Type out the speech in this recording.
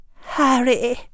Harry